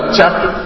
chapter